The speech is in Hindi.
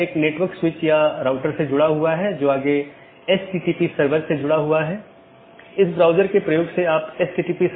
और जब यह विज्ञापन के लिए होता है तो यह अपडेट संदेश प्रारूप या अपडेट संदेश प्रोटोकॉल BGP में उपयोग किया जाता है हम उस पर आएँगे कि अपडेट क्या है